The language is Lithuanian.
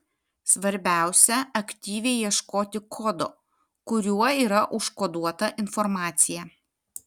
svarbiausia aktyviai ieškoti kodo kuriuo yra užkoduota informacija